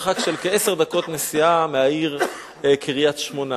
מרחק כעשר דקות נסיעה מהעיר קריית-שמונה.